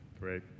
great